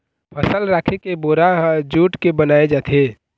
फसल राखे के बोरा ह जूट के बनाए जाथे